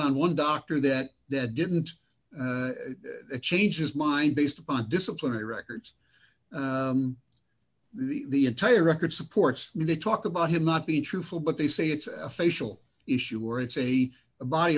on one doctor that that didn't change his mind based upon disciplinary records the entire record supports the talk about him not be truthful but they say it's a facial issue or it's a body